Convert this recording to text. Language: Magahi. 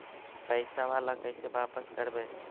पैसा बाला कैसे बापस करबय?